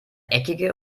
eckige